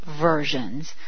versions